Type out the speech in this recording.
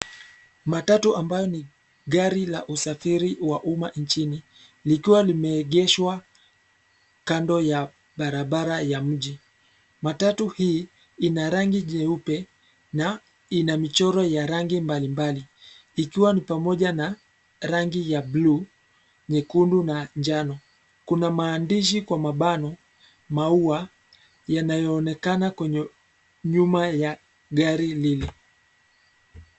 Matatu ambayo ni gari la usafiri wa umma nchini likiwa limeegeshwa kando ya barabara ya mji. Matatu hii ina rangi jeupe na ina michoro ya rangi mbalimbali ikiwa ni pamoja na rangi ya bluu, nyekundu na njano. Kuna maandishi kwa mabano ‘Maua’ ,yanayoonekana kwenye nyuma ya gari lile.